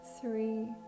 three